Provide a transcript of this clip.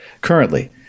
currently